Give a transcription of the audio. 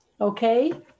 okay